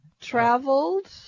Traveled